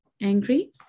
Angry